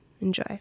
Enjoy